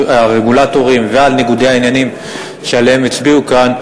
הרגולטורים ועל ניגודי העניינים שעליהם הצביעו כאן,